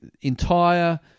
entire